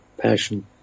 passion